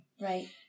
Right